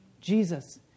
Jesus